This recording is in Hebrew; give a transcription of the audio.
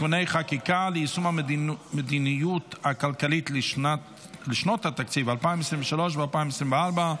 (תיקוני חקיקה ליישום המדיניות הכלכלית לשנות התקציב 2023 ו-2024),